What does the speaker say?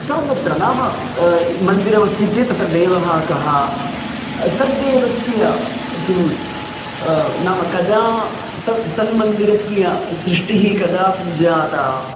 सर्वत्र नाम मन्दिरमस्ति चेत् तत्र देवः कः तद्देवस्य किं नाम कदा तत् तन्मन्दिरस्य सृष्टिः कदा सञ्जाता